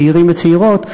צעירים וצעירות,